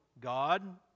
God